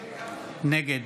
נגד